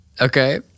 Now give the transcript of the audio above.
Okay